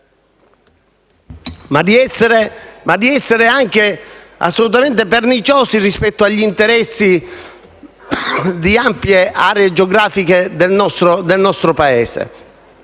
di essere assolutamente perniciosi rispetto agli interessi di ampie aree geografiche del nostro Paese.